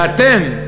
ואתם,